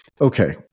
Okay